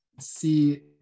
see